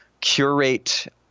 curate